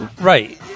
Right